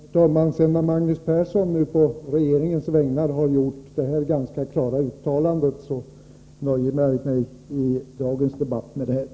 Herr talman! Sedan Magnus Persson nu å regeringens vägnar har gjort detta ganska klara uttalande nöjer jag mig i dagens debatt med det sagda.